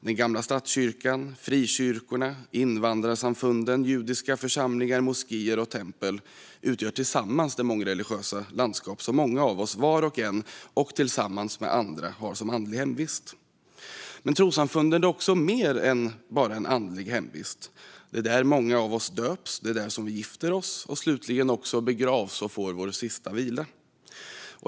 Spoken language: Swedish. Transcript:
Den gamla statskyrkan, frikyrkorna, invandrarsamfunden, judiska församlingar, moskéer och tempel utgör tillsammans det mångreligiösa landskap som många av oss, var och en och tillsammans med andra, har som andlig hemvist. Trossamfunden är också mer än bara en andlig hemvist. Det är där många av oss döps, och det är där vi gifter oss och slutligen också begravs och får vår sista vila.